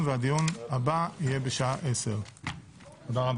ונתוני זיהוי ביומטריים במסמכי זיהוי ובמאגר מידע,